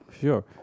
Sure